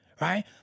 right